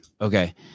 Okay